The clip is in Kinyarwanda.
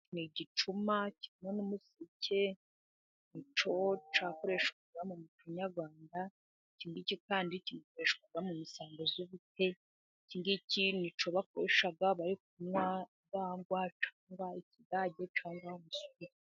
Ni igicuma kirimo n’umuseke，nicyo cyakoreshwaga mu muco nyarwanda，iki ngiki kandi gikoreshwa mu misango y’ubukwe，iki ngiki nicyo bakoresha bari kunywa urwagwa，cyangwa ikigage，cyangwa umusururu.